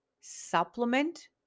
Supplement